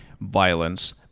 violence